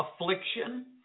affliction